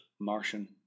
Martian